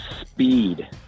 speed